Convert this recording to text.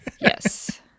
Yes